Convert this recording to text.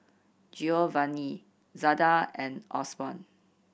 Giovanni Zada and Osborn